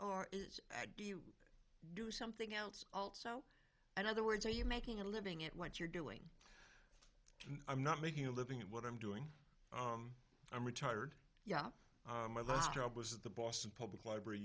i do you do something else also another words are you making a living at what you're doing and i'm not making a living at what i'm doing i'm retired yeah my last job was the boston public library